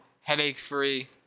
headache-free